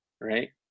Right